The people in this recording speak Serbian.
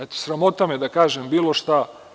Eto, sramota me da kažem bilo šta.